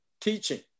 teaching